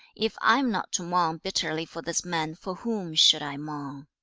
if i am not to mourn bitterly for this man, for whom should i mourn